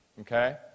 okay